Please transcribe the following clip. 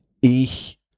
Ich